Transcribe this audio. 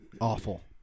awful